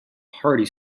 hearty